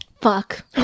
Fuck